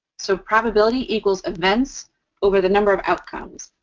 so, probability equals events over the number of outcomes.